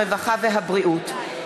הרווחה הבריאות.